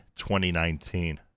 2019